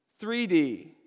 3D